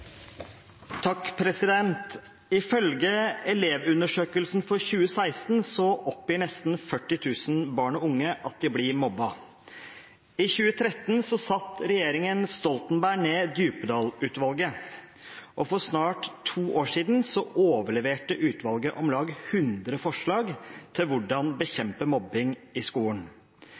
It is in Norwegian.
elevundersøkelsen for 2016 oppgir nesten 40 000 barn og unge at de blir mobbet. I 2013 satte regjeringen Stoltenberg ned Djupedal-utvalget. For snart to år siden overleverte utvalget om lag 100 forslag til hvordan man kan bekjempe mobbing i skolen.